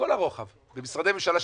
לכל הרוחב שקיימות במשרדי הממשלה.